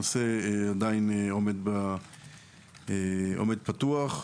הנושא עדיין עומד פתוח.